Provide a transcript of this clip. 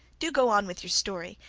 do go on with your story.